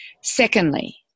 Secondly